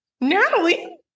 natalie